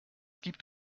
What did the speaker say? gibt